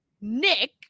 nick